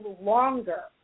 longer